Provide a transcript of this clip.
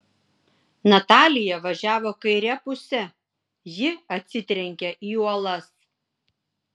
natalija važiavo kaire puse ji atsitrenkia į uolas